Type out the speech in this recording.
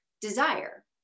desire